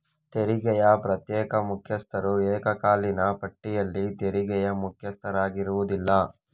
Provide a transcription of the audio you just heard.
ತೆರಿಗೆಯ ಪ್ರತ್ಯೇಕ ಮುಖ್ಯಸ್ಥರು ಏಕಕಾಲೀನ ಪಟ್ಟಿಯಲ್ಲಿ ತೆರಿಗೆಯ ಮುಖ್ಯಸ್ಥರಾಗಿರುವುದಿಲ್ಲ